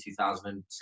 2007